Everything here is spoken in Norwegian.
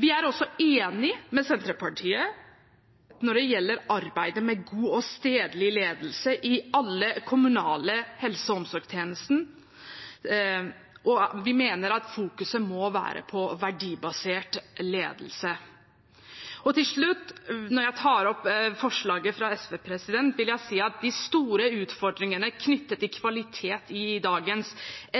Vi er også enig med Senterpartiet når det gjelder arbeidet med god og stedlig ledelse i alle kommunale helse- og omsorgstjenester, og vi mener verdibasert ledelse må stå i fokus. Til slutt, når jeg tar opp forslaget fra SV, vil jeg si at de store utfordringene knyttet til kvalitet i dagens